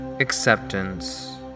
Acceptance